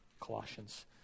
Colossians